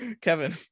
Kevin